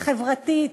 חברתית,